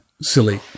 silly